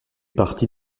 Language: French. partie